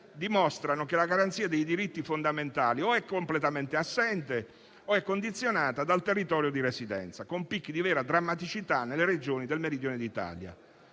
dimostrano che la garanzia dei diritti fondamentali è completamente assente, oppure è condizionata dal territorio di residenza, con picchi di vera drammaticità nelle Regioni del Meridione d'Italia.